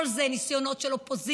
כל זה ניסיונות של אופוזיציה,